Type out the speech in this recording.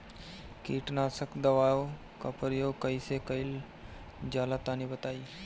कीटनाशक दवाओं का प्रयोग कईसे कइल जा ला तनि बताई?